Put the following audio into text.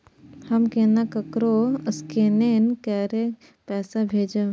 हम केना ककरो स्केने कैके पैसा भेजब?